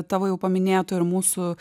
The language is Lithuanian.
tavo jau paminėtų ir mūsų